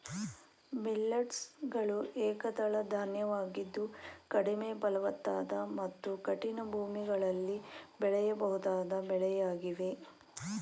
millets ಗಳು ಏಕದಳ ಧಾನ್ಯವಾಗಿದ್ದು ಕಡಿಮೆ ಫಲವತ್ತಾದ ಮತ್ತು ಕಠಿಣ ಭೂಮಿಗಳಲ್ಲಿ ಬೆಳೆಯಬಹುದಾದ ಬೆಳೆಯಾಗಿವೆ